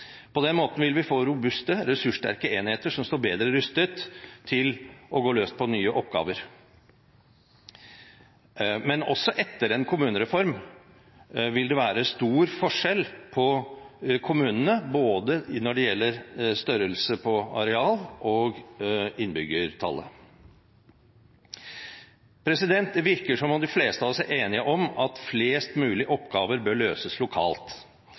På den måten vil vi få robuste, ressurssterke enheter som står bedre rustet til å gå løs på nye oppgaver. Men også etter en kommunereform vil det være stor forskjell på kommunene når det gjelder størrelse – både areal og innbyggertall. Det virker som om de fleste av oss er enige om at flest mulig oppgaver bør løses lokalt.